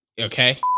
okay